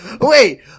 Wait